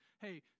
hey